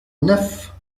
neuf